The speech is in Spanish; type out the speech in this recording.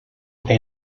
era